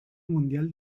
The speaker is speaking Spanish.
mundial